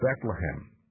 Bethlehem